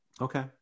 Okay